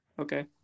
okay